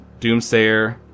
Doomsayer